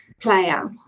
player